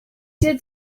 did